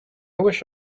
wish